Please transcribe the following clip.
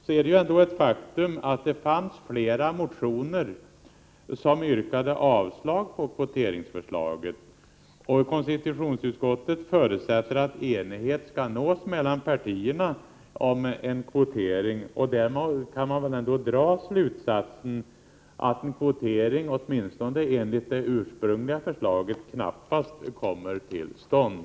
Det är ändå ett faktum att det fanns flera motioner som yrkade avslag på kvoteringsförslaget, och konstitutionsutskottet förutsätter att enighet skall nås mellan partierna om en kvotering. Därmed kan man väl dra slutsatsen att kvotering åtminstone enligt det ursprungliga förslaget knappast kommer till stånd.